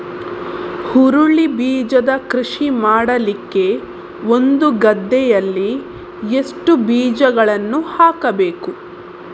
ಹುರುಳಿ ಬೀಜದ ಕೃಷಿ ಮಾಡಲಿಕ್ಕೆ ಒಂದು ಗದ್ದೆಯಲ್ಲಿ ಎಷ್ಟು ಬೀಜಗಳನ್ನು ಹಾಕಬೇಕು?